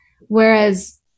Whereas